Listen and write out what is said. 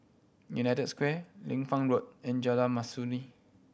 United Square Liu Fang Road and Jalan Mastuli